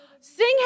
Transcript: Sing